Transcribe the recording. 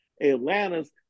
Atlanta's